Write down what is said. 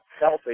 healthy